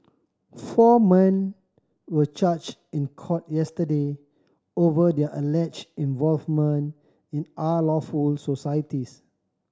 four men were charged in court yesterday over their alleged involvement in unlawful societies